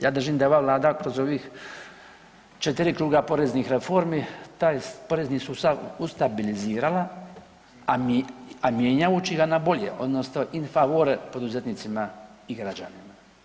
Ja držim da je ova Vlada kroz ovih 4 kruga poreznih reformi, taj porezni sustav ustabilizirala a mijenjajući ga na bolje odnosno in favorem poduzetnicima i građanima.